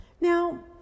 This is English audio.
Now